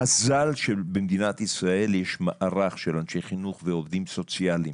מזל שבמדינת ישראל יש מערך של אנשי חינוך ועובדים סוציאליים